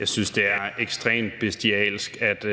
Jeg synes, det er ekstremt bestialsk at